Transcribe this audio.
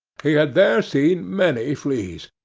he had there seen many fleas,